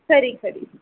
खरी खरी